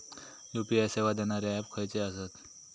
UPI सेवा देणारे app खयचे आसत?